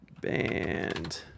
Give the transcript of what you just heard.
band